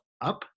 up